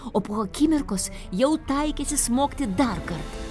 o po akimirkos jau taikėsi smogti dar kartą